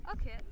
Okay